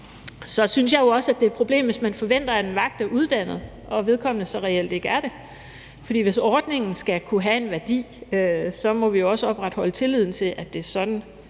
Så synes jeg jo også, at det er problem, hvis man forventer, at en vagt er uddannet, og vedkommende så reelt ikke er det. For hvis ordningen skal kunne have en værdi, må vi også opretholde tilliden til, at det er sådan,